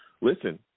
Listen